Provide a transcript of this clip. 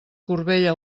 corbella